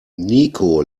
niko